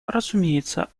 разумеется